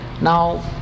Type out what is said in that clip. Now